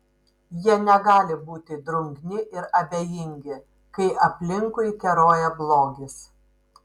jie negali būti drungni ir abejingi kai aplinkui keroja blogis